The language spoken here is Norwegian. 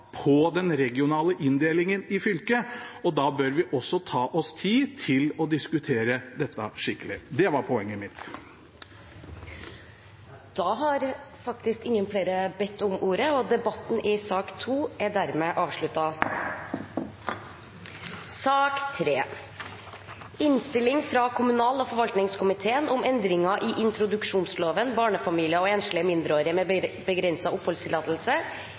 på den regionale inndelingen i fylker. Da bør vi også ta oss tid til å diskutere dette skikkelig. Det var poenget mitt. Flere har ikke bedt om ordet til sak nr. 2 Etter ønske fra kommunal- og forvaltningskomiteen vil presidenten foreslå at taletiden blir begrenset til 3 minutter til hver partigruppe og